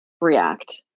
react